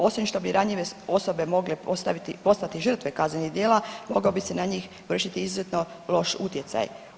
Osim što bi ranjive osobe mogle postati žrtve kaznenih djela mogao bi se na njih koristiti izuzetno loš utjecaj.